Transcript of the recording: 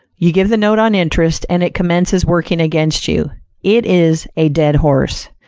you give the note on interest and it commences working against you it is a dead horse.